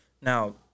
Now